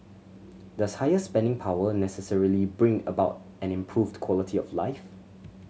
does higher spending power necessarily bring about an improved quality of life